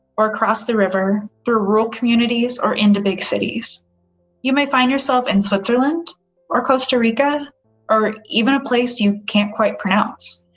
or across the river through rural communities or into big cities you may find yourself in and switzerland or costa rica or even a place you can't quite pronounce.